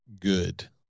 good